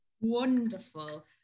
Wonderful